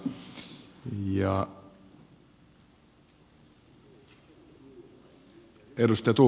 kiitoksia siitä